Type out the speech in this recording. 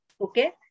Okay